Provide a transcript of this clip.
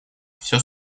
всё